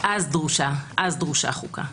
אז דרושה חוקה.